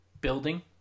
building